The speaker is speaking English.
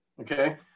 okay